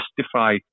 justify